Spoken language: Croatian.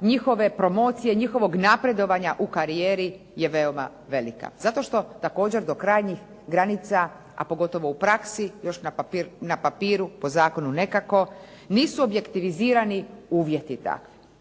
njihove promocije, njihovog napredovanja u karijeri je veoma velika. Zato što također do krajnjih granica, a pogotovo u praksi, još na papiru, po zakonu nekako, nisu objektivizirani uvjeti dakle.